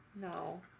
No